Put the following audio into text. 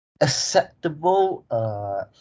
acceptable